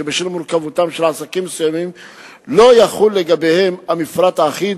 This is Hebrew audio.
כי בשל מורכבותם של עסקים מסוימים לא יחול לגביהם המפרט האחיד,